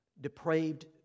depraved